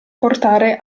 portare